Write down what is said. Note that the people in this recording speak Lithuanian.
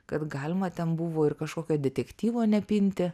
kad galima ten buvo ir kažkokio detektyvo nepinti